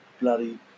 bloody